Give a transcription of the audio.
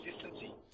consistency